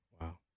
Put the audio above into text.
Wow